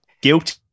Guilty